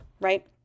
right